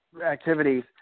activities